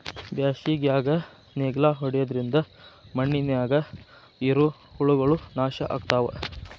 ಬ್ಯಾಸಿಗ್ಯಾಗ ನೇಗ್ಲಾ ಹೊಡಿದ್ರಿಂದ ಮಣ್ಣಿನ್ಯಾಗ ಇರು ಹುಳಗಳು ನಾಶ ಅಕ್ಕಾವ್